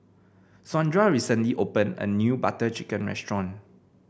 Saundra recently opened a new Butter Chicken restaurant